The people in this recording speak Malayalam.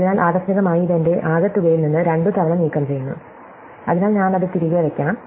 അതിനാൽ ആകസ്മികമായി ഇത് എന്റെ ആകെത്തുകയിൽ നിന്ന് രണ്ടുതവണ നീക്കംചെയ്തു അതിനാൽ ഞാൻ അത് തിരികെ വയ്ക്കണം